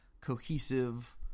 cohesive